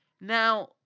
Now